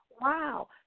Wow